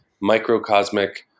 microcosmic